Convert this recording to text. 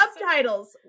subtitles